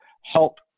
help